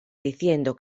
diciendo